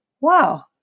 wow